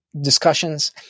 discussions